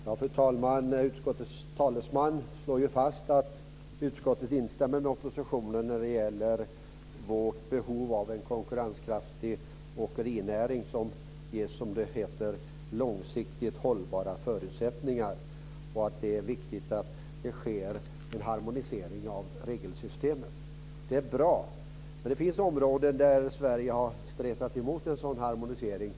Fru talman! Utskottets talesman slår fast att utskottet instämmer med oppositionen när det gäller vårt behov av en konkurrenskraftig åkerinäring som ges, som det heter, långsiktigt hållbara förutsättningar. Det är också viktigt att det sker en harmonisering av regelsystemen. Det är bra. Det finns områden där Sverige har stretat emot en sådan harmonisering.